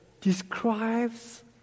describes